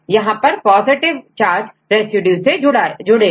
यहां पर positive charge residue जुड़ेगा